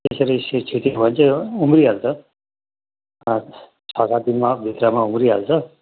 त्यसरी सिड छिट्यो भने चाहिँ उम्रिहाल्छ छ सात दिनमा भित्रमा उम्रिहाल्छ